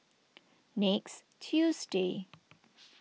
next Tuesday